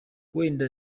wenda